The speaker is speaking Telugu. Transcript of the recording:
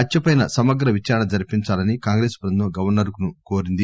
హత్సపై సమగ్ర విచారణ జరిపించాలని కాంగ్రెస్ బృందం గవర్సర్ను కోరింది